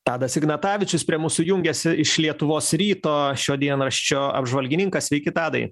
tadas ignatavičius prie mūsų jungiasi iš lietuvos ryto šio dienraščio apžvalgininkas sveiki tadai